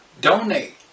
donate